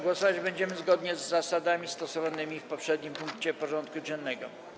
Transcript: Głosować będziemy zgodnie z zasadami stosowanymi w poprzednim punkcie porządku dziennego.